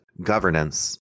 governance